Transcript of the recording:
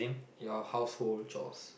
your household chores